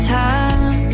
time